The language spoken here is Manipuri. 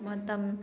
ꯃꯇꯝ